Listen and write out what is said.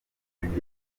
zanjye